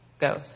goes